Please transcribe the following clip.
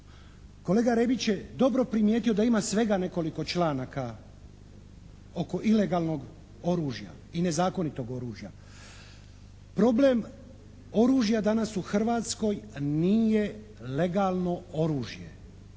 Kolega Rebić je dobro primijetio da ima svega nekoliko članaka oko ilegalnog oružja i nezakonitog oružja. Problem oružja danas u Hrvatskoj nije legalno oružje.